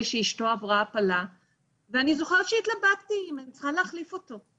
שאשתו עברה הפלה ואני זוכרת שהתלבטתי אם אני צריכה להחליף אותו,